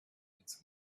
its